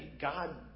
God